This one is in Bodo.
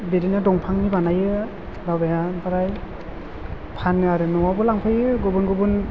बिदिनो दंफांनि बानायो बाबाया ओमफ्राय फानो आरो न'आवबो लांफैयो गुबुन गुबुन